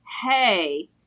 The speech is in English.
hey